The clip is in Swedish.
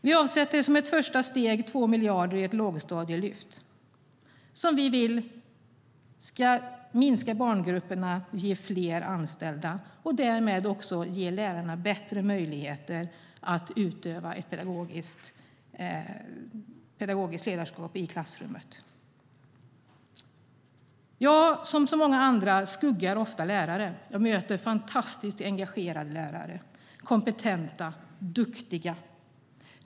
Vi avsätter som ett första steg 2 miljarder i ett lågstadielyft som vi vill ska minska barngruppernas storlek och ge fler anställda och därmed ge lärarna bättre möjligheter att utöva ett pedagogiskt ledarskap i klassrummet. Jag som många andra "skuggar" ofta lärare. Jag möter fantastiskt engagerade lärare, kompetenta och duktiga.